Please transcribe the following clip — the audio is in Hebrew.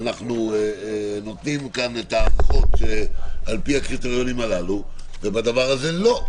אנחנו נותנים פה הארכות על פי הקריטריונים הללו ובדבר הזה לא,